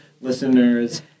listeners